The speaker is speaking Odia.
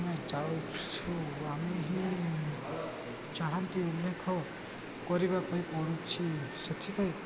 ଯାଉଛୁ ଆମେ ହିଁ ଚାହାନ୍ତି ଉଲ୍ଲେଖ କରିବା ପାଇଁ ପଡ଼ୁଛି ସେଥିପାଇଁ